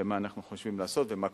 מה אנחנו חושבים לעשות ומה קורה.